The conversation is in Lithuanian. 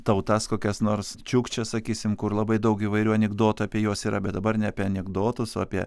tautas kokias nors čiukčes sakysim kur labai daug įvairių anekdotų apie juos yra bet dabar ne apie anekdotus o apie